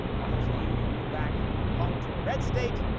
to those of you who moved back home to a red state,